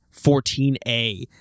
14A